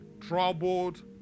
troubled